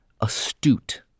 astute